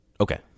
Okay